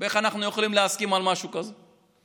איך אנחנו יכולים להסכים למשהו כזה?